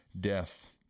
death